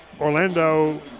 Orlando